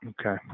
Okay